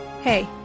hey